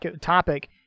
topic